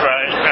Right